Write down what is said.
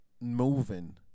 moving